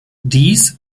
dies